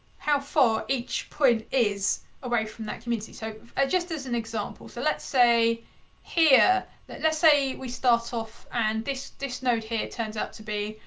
how far each point is away from that community. so just as an example, so let's say here. let's say we start off and this this node here turns out to be,